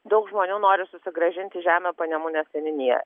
daug žmonių nori susigrąžinti žemę panemunės seniūnijoj